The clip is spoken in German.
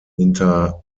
hinter